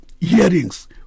hearings